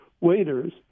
waiters